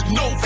no